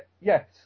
yes